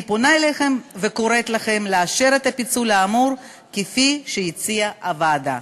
אני פונה אליכם וקוראת לכם לאשר את הפיצול האמור כפי שהציעה הוועדה.